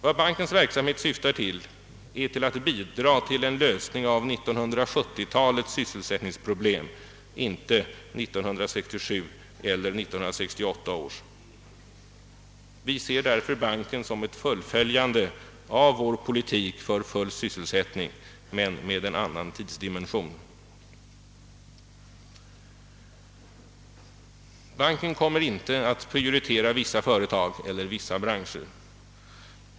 Vad bankens verksamhet syftar till är att bidra till en lösning av 1970 talets sysselsättningsproblem — inte 1967 eller 1968 års. Vi ser därför bankens inrättande som ett fullföljande av vår politik för full sysselsättning men med en annan tidsdimension. Banken kommer inte att prioritera vissa företag eller vissa branscher.